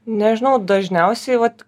nežinau dažniausiai vat